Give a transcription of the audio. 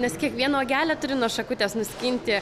nes kiekvieną uogelę turi nuo šakutės nuskinti